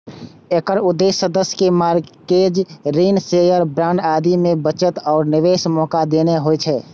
एकर उद्देश्य सदस्य कें मार्गेज, ऋण, शेयर, बांड आदि मे बचत आ निवेशक मौका देना होइ छै